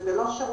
וזה לא שרות